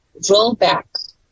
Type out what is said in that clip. rollback